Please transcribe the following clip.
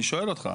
אני שואל אותך,